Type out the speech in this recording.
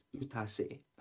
utase